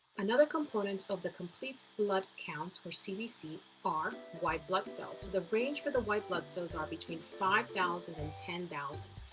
another component of the complete blood count or cbc, are white blood cells. the range for white blood cells are between five thousand and ten thousand.